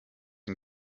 ein